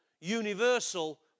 universal